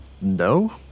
No